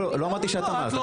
לא, לא אמרתי שאת אמרת.